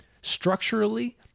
Structurally